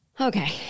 Okay